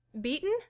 beaten